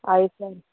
ಆಯ್ತು ಸರ್